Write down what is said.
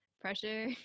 pressure